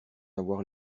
avoir